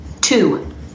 Two